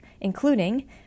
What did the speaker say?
including